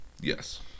Yes